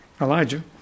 Elijah